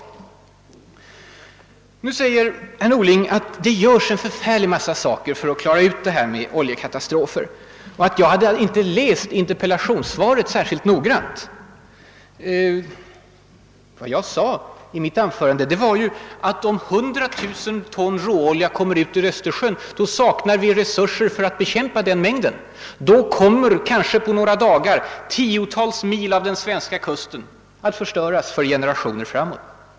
Herr Norling säger sen att det görs en förfärlig massa saker för att klara ut problemet med oljekatastrofer, och att jag inte läst interpellationssvaret särskilt noggrant. Vad jag sade i mitt anförande var att om hundratusen ton råolja kommer ut i Östersjön, så saknar vi resurser för att bekämpa den mängden. Då kommer kanske på några dagar tiotals mil av den svenska kusten att förstöras för generationer framåt.